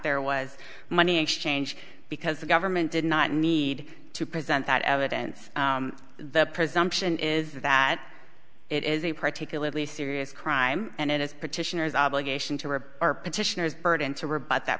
there was money exchange because the government did not need to present that evidence the presumption is that it is a particularly serious crime and it is petitioners obligation to rebut or petitioners burden to rebut that